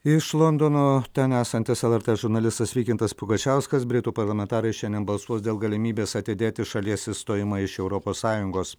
iš londono ten esantis lrt žurnalistas vykintas pugačiauskas britų parlamentarai šiandien balsuos dėl galimybės atidėti šalies išstojimą iš europos sąjungos